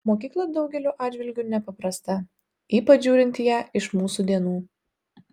mokykla daugeliu atžvilgiu nepaprasta ypač žiūrint į ją iš mūsų dienų